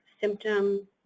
symptom